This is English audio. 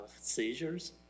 seizures